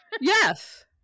Yes